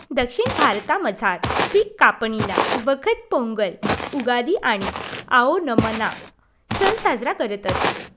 दक्षिण भारतामझार पिक कापणीना वखत पोंगल, उगादि आणि आओणमना सण साजरा करतस